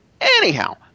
anyhow